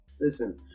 listen